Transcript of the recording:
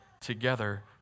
together